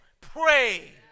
pray